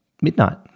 midnight